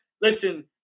Listen